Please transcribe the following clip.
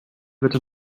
bitte